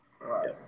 Right